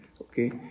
okay